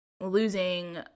losing